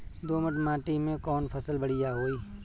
दोमट माटी में कौन फसल बढ़ीया होई?